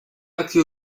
archi